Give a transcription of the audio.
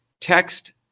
text